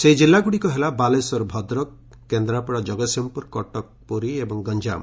ସେହି ଜିଲ୍ଲାଗୁଡ଼ିକ ହେଲା ବାଲେଶ୍ୱର ଭଦ୍ରକ କେନ୍ଦ୍ରାପଡ଼ା କଗତସିଂହପୁର କଟକ ପୁରୀ ଏବଂ ଗଞାମ